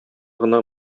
гына